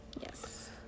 yes